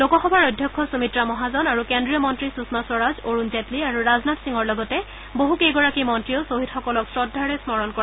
লোকসভাৰ অধ্যক্ষ সুমিত্ৰা মহাজন আৰু কেন্দ্ৰীয় মন্ত্ৰী সুষমা স্বৰাজ অৰুণ জেটলী আৰু ৰাজনাথ সিঙৰ লগতে বহুকেইগৰাকী মন্ত্ৰীয়েও শ্বহীদসকলক শ্ৰদ্ধাৰে স্মৰণ কৰে